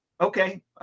okay